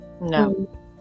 No